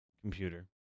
computer